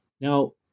Now